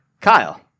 Kyle